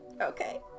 Okay